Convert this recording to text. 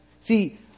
See